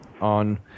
on